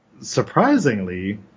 surprisingly